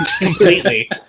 Completely